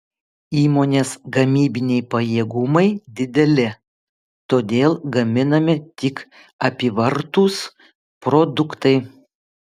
įmonės gamybiniai pajėgumai dideli todėl gaminami tik apyvartūs produktai